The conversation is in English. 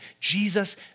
Jesus